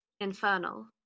Infernal